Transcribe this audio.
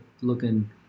looking